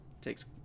takes